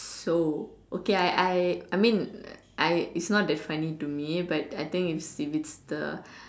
so okay I I I mean I it's not that funny to me but I think it's civester